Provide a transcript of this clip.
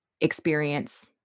experience